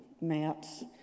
mats